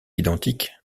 identique